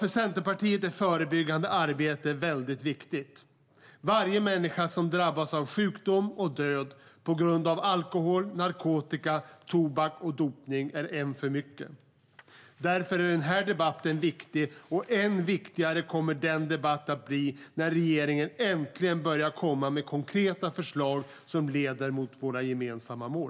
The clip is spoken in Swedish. För Centerpartiet är förebyggande arbete viktigt. Varje människa som drabbas av sjukdom och död på grund av alkohol, narkotika, tobak och dopning är en för mycket. Därför är den här debatten viktig och än viktigare kommer den att bli när regeringen äntligen börjar komma med konkreta förslag som leder mot våra gemensamma mål.